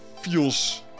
feels